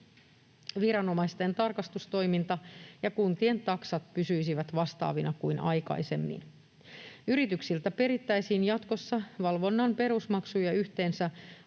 viranomaisten tarkastustoiminta ja kuntien taksat pysyisivät vastaavina kuin aikaisemmin. Yrityksiltä perittäisiin jatkossa valvonnan perusmaksuja yhteensä